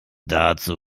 dazu